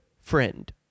friend